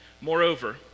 Moreover